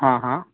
हां हां